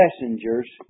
messengers